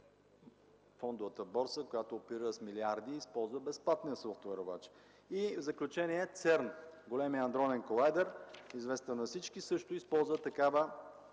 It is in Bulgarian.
фондова борса, която оперира с милиарди, използва безплатния софтуер обаче; и в заключение, ЦЕРН – Големият адронен колайдер, известен на всички, също използват такава